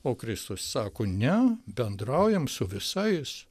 o kristus sako ne bendraujam su visais